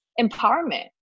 empowerment